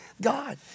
God